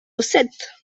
sept